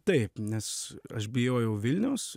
taip nes aš bijojau vilniaus